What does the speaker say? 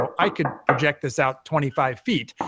um i could project this out twenty five feet.